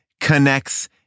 connects